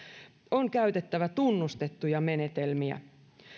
on käytettävä tunnustettuja menetelmiä